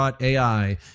AI